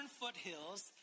foothills